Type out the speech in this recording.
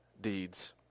deeds